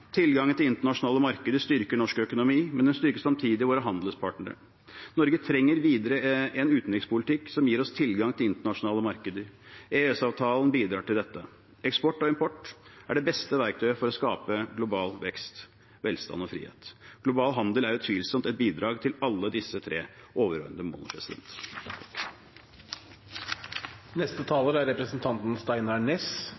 Tilgangen til internasjonale markeder styrker norsk økonomi, men det styrker samtidig våre handelspartnere. Norge trenger videre en utenrikspolitikk som gir oss tilgang til internasjonale markeder. EØS-avtalen bidrar til dette. Eksport og import er det beste verktøyet for å skape global vekst, velstand og frihet. Global handel er utvilsomt et bidrag til alle disse tre overordnede